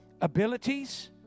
abilities